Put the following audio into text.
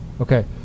okay